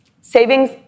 savings